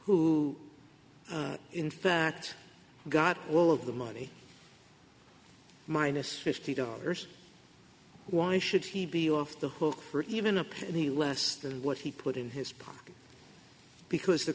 who in fact got all of the money minus fifty dollars why should he be off the hook for even a penny less than what he put in his pocket because the